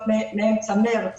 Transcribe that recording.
זאת אומרת, מאמצע מרץ